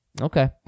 Okay